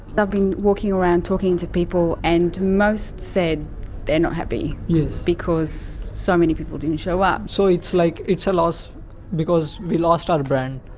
i've been walking around talking to people, and most said they are not happy because so many people didn't show up. so it's like it's a loss because we lost our brand,